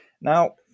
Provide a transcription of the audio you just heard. Now